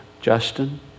Justin